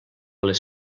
les